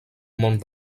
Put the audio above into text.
món